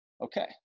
okay